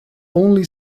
only